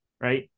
right